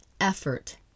effort